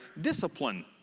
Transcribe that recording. discipline